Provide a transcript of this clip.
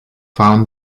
found